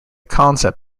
concept